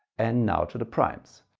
and now to the primes.